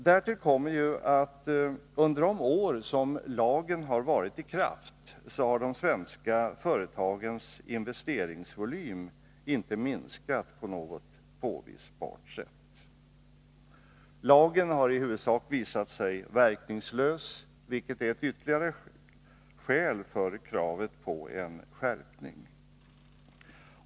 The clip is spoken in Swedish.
Därtill kommer ju att de svenska företagens investeringsvolym under de år som lagen har varit i kraft inte har minskat på något påvisbart sätt. Lagen har i huvudsak visat sig verkningslös, vilket är ett ytterligare skäl för kravet på en skärpning.